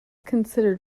considered